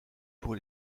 pour